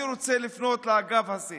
אני רוצה לפנות לאגף הזה